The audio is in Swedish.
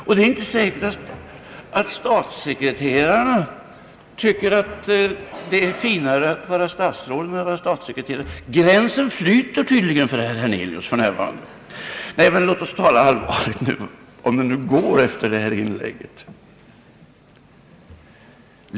Det är dock inte säkert att statssekreterarna tycker att det är finare att vara statsråd än att vara statssekreterare. Gränsen flyter tydligen för närvarande för herr Hernelius. Men låt oss tala allvar nu, om det går efter detta inlägg.